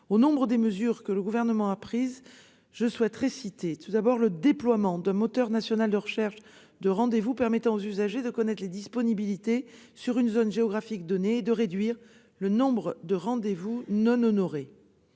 une nouvelle crise en 2023. Le Gouvernement a ainsi pris différentes mesures. Je pense tout d'abord au déploiement d'un moteur national de recherche de rendez-vous permettant aux usagers de connaître les disponibilités sur une zone géographique donnée et de réduire le nombre de rendez-vous non honorés.